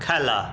খেলা